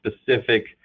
specific